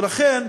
ולכן,